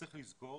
צריך לזכור